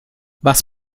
was